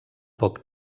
poc